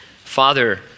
Father